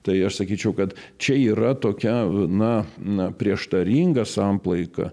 tai aš sakyčiau kad čia yra tokia na na prieštaringa samplaika